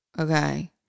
okay